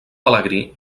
pelegrí